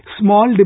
small